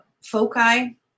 foci